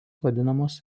vadinamos